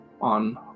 on